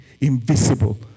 invisible